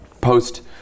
post